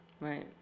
Right